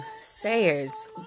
sayers